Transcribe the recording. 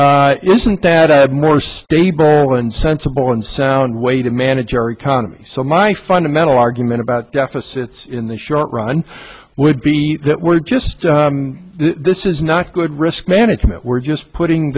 isn't that a more stable and sensible and sound way to manage our economy so my fundamental argument about deficits in the short run would be that we're just this is not good risk management we're just putting